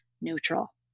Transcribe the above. neutral